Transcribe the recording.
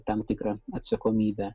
tam tikrą atsakomybę